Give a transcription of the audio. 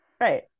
right